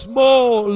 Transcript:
more